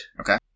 Okay